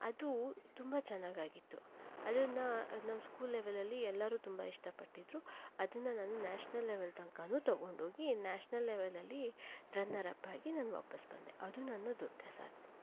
ಅದು ತುಂಬ ಚೆನ್ನಾಗಾಗಿತ್ತು ಅದನ್ನು ನಮ್ಮ ಸ್ಕೂಲ್ ಲೆವೆಲಲ್ಲಿ ಎಲ್ಲರೂ ತುಂಬ ಇಷ್ಟಪಟ್ಟಿದ್ರು ಅದನ್ನು ನಾನು ನ್ಯಾಷ್ನಲ್ ಲೆವೆಲ್ ತನಕನೂ ತಗೊಂಡೋಗಿ ನ್ಯಾಷ್ನಲ್ ಲೆವೆಲಲ್ಲಿ ರನ್ನರ್ ಅಪ್ಪಾಗಿ ನಾನು ವಾಪಾಸ್ಸು ಬಂದೆ ಅದು ನನ್ನ ದೊಡ್ಡ ಸಾಧನೆ